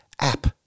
app